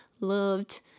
loved